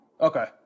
Okay